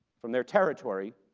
from their territory,